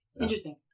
Interesting